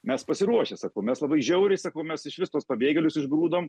mes pasiruošę sakau mes labai žiauriai sakau mes išvis tuos pabėgėlius išgrūdom